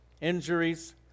injuries